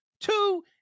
Two